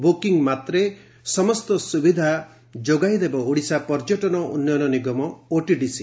booking ମାତ୍ରେ ସମସ୍ତ ସୁବିଧା ଯୋଗାଇଦେବ ଓଡ଼ିଶା ପର୍ଯ୍ୟଟନ ଉନ୍ୟନ ନିଗମ ଓଟିଡିସି